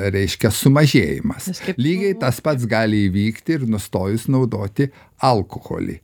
reiškia sumažėjimas lygiai tas pats gali įvykti ir nustojus naudoti alkoholį